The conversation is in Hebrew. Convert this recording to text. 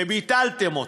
וביטלתם אותו.